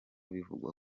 bivugwa